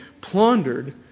plundered